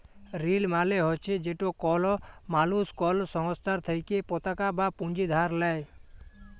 ঋল মালে হছে যেট কল মালুস কল সংস্থার থ্যাইকে পতাকা বা পুঁজি ধার লেই